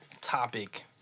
topic